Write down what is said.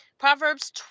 Proverbs